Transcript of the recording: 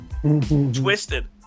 Twisted